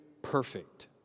perfect